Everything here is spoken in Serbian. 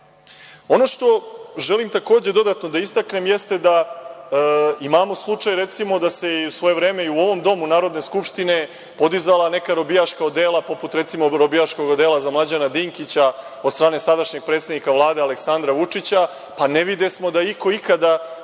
Ono što, želim takođe dodatno da istaknem, jeste da imamo slučaj, recimo, da se i u svoje vreme i u ovom domu Narodne skupštine podizala neka robijaška odela poput, recimo, robijaškog odela za Mlađana Dinkića, od strane sadašnjeg predsednika Vlade Aleksandra Vučića, pa ne videsmo da je iko ikada